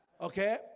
Okay